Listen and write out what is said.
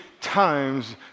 times